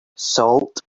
salt